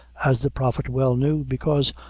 as the prophet well knew, because,